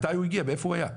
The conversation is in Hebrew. מתי הוא הגיע ואיפה הוא היה?